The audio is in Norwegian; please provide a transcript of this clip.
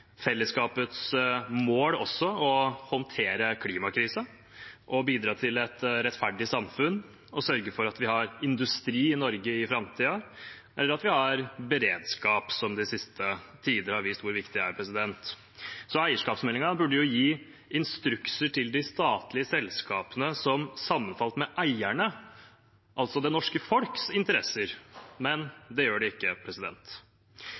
fellesskapets mål også å håndtere klimakrisen, å bidra til et rettferdig samfunn og å sørge for at vi har industri i Norge i framtiden, eller at vi har beredskap – de siste tider har vist hvor viktig det er. Så eierskapsmeldingen burde jo gitt instrukser til de statlige selskapene som sammenfalt med eiernes, altså det norske folks, interesser. Men det gjør den ikke.